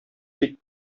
бик